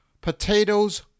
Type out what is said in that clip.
Potatoes